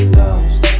lost